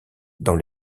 dans